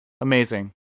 amazing